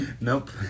Nope